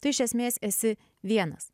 tu iš esmės esi vienas